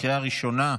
בקריאה ראשונה.